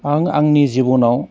आं आंनि जिबनाव